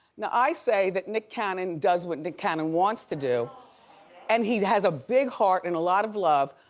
now i say that nick cannon does what nick cannon wants to do and he has a big heart and a lot of love.